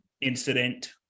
incident